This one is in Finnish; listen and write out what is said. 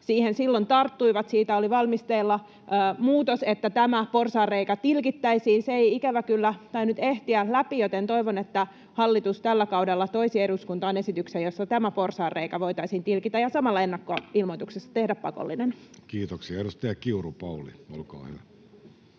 siihen silloin tarttuivat. Siitä oli valmisteilla muutos, että tämä porsaanreikä tilkittäisiin. Se ei ikävä kyllä tainnut ehtiä läpi, joten toivon, että hallitus tällä kaudella toisi eduskuntaan esityksen, jossa tämä porsaanreikä voitaisiin tilkitä ja samalla ennakkoilmoituksesta tehdä pakollinen. [Speech 27] Speaker: Jussi Halla-aho